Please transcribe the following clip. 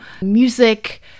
music